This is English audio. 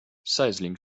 sizzling